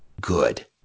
good